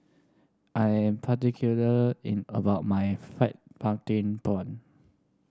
I am particular in about my fried pumpkin prawn